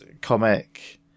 comic